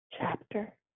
chapter